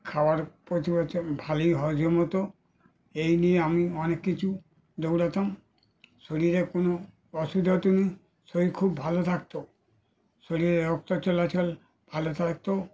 খাবার প্রথম ভালই হজম হতো এই নিয়ে আমি অনেক কিছু দৌড়াতাম শরীরে কোনো অসুবিধা হতো না শরীর খুব ভালো থাকত শরীরে রক্ত চলাচল ভালো থাকত